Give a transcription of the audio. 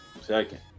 Second